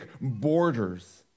borders